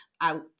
out